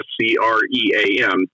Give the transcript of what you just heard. s-c-r-e-a-m